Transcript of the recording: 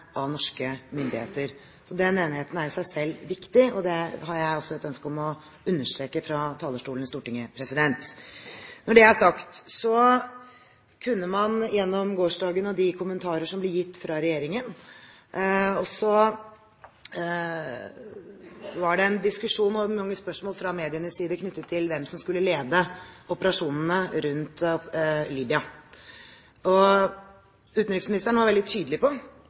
av norske myndigheter. Så den enigheten er i seg selv viktig, og det har jeg også et ønske om å understreke fra talerstolen i Stortinget. Når det er sagt, var det gjennom gårsdagen og ut fra de kommentarer som ble gitt fra regjeringen, en diskusjon og mange spørsmål fra mediene knyttet til hvem som skulle lede operasjonene rundt Libya. Utenriksministeren var veldig tydelig på